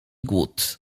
głód